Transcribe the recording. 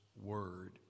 word